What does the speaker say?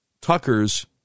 Tucker's